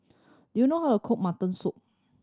do you know how to cook mutton soup